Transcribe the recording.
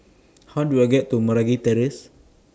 How Do I get to Meragi Terrace